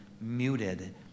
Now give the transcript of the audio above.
muted